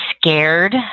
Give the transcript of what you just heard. scared